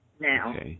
Now